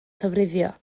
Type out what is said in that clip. llofruddio